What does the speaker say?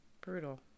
Brutal